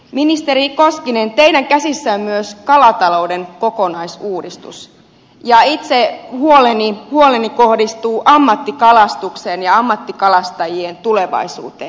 ministeri koskinen teidän käsissänne on myös kalatalouden kokonaisuudistus ja huoleni kohdistuu ammattikalastukseen ja ammattikalastajien tulevaisuuteen